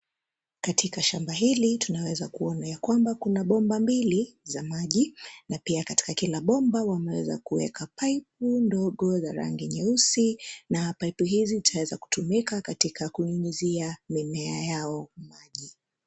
Katika shamba hili tunaweza kuona ya kwamba kuna bomba mbili za maji na pia katika kila bomba wanaweza kuweka paipu ndogo ya rangi nyeusi na paipu hizi zitaweza kutumika katika kunyunyuzia mimea yao maji.